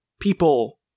people